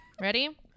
Ready